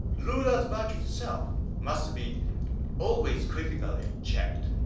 rulers virtue itself must be always critically checked.